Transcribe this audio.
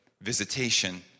visitation